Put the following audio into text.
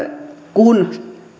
kun